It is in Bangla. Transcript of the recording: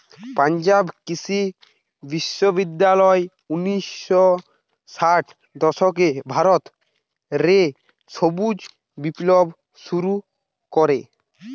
পাঞ্জাব কৃষি বিশ্ববিদ্যালয় উনিশ শ ষাটের দশকে ভারত রে সবুজ বিপ্লব শুরু করে